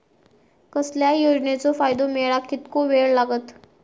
कसल्याय योजनेचो फायदो मेळाक कितको वेळ लागत?